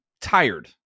tired